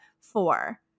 four